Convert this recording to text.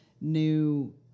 new